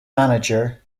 manager